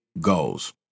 goals